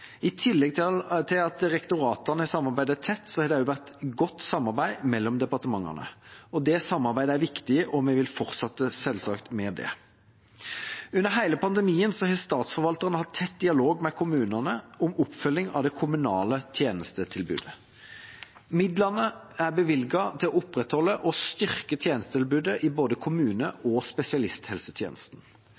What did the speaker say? I tillegg til at direktoratene samarbeider tett, har det også vært godt samarbeid mellom departementene. Det samarbeidet er viktig, og vi vil selvsagt fortsette med det. Under hele pandemien har statsforvalterne hatt tett dialog med kommunene om oppfølging av det kommunale tjenestetilbudet. Midler er bevilget til å opprettholde og styrke tjenestetilbudet i både kommune- og spesialisthelsetjenesten.